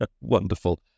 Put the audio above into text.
Wonderful